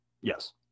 Yes